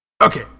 Okay